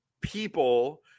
people